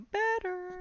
better